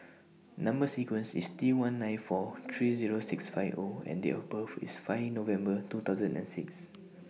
Number sequence IS T one nine four three Zero six five O and Date of birth IS five November two thousand and six